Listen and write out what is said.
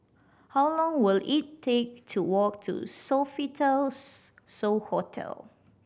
how long will it take to walk to Sofitel So Hotel